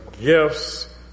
Gifts